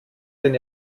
den